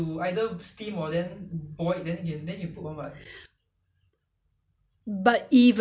only when you pick it up from the fridge ah it's cold you know hard then you need to steam it